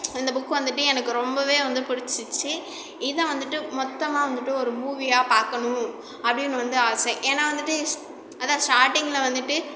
இந்த புக் வந்துவிட்டு எனக்கு ரொம்பவே வந்து பிடிச்சிச்சு இதை வந்துட்டு மொத்தமாக வந்துவிட்டு ஒரு மூவியாக பார்க்கணும் அப்படின்னு வந்து ஆசை ஏன்னா வந்துவிட்டு ஸ் அதான் ஸ்டார்டிங்கில வந்துவிட்டு